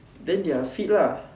then they are fit lah